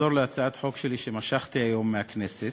לחזור להצעת חוק שלי שמשכתי היום בכנסת.